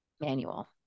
manual